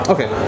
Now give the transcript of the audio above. Okay